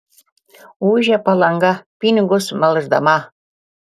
ūžia palanga pinigus melždama